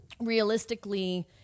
realistically